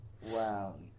Wow